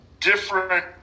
different